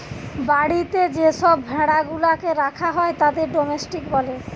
বাড়িতে যে সব ভেড়া গুলাকে রাখা হয় তাদের ডোমেস্টিক বলে